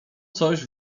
coś